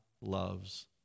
loves